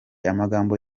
amagambo